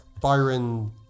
Byron